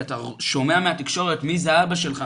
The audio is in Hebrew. כי אתה שומע מהתקשורת מי זה אבא שלך,